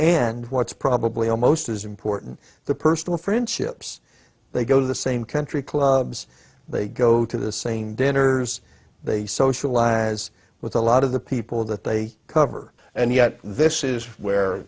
and what's probably almost as important the personal friendships they go to the same country clubs they go to the same dinners they socialize with a lot of the people that they cover and yet this is where